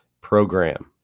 program